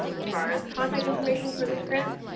as far as contact information for this grant,